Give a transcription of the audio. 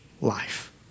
life